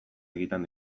egiten